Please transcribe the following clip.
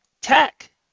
Tech